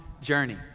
journey